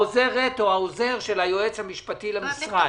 העוזרת או העוזר של היועץ המשפטי למשרד.